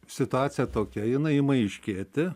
situacija tokia jinai ima aiškėti